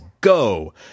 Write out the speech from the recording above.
go